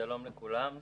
שלום לכולם.